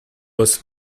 was